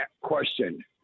question